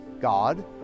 God